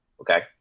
Okay